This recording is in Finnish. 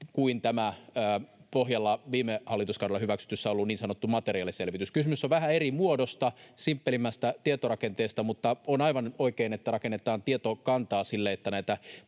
kuin tämä viime hallituskaudella hyväksytyssä esityksessä ollut niin sanottu materiaaliselvitys. Kysymys on vähän eri muodosta, simppelimmästä tietorakenteesta, mutta on aivan oikein, että rakennetaan tietokantaa sille, että